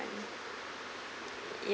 yeah